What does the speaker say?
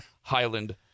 Highland